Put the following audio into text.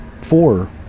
four